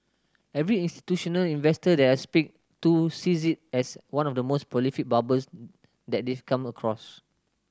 every institutional investor that I speak to sees it as one of the most prolific bubbles that they've come across